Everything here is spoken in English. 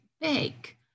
bake